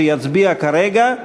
שיצביע כרגע,